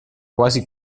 quasi